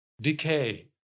decay